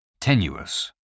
tenuous